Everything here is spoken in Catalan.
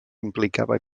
implicava